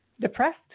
depressed